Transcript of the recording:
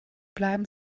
bleiben